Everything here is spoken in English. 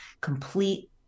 complete